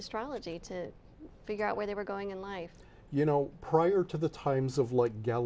astrology to figure out where they were going in life you know prior to the times of